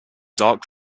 dark